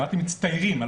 אמרתי: מצטיירים.